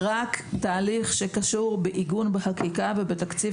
זהו תהליך שקשור רק בעיגון בחקיקה ובתקציב,